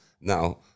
Now